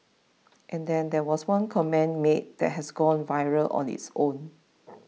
and then there was one comment made that has gone viral on its own